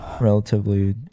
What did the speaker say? relatively